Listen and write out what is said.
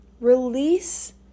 release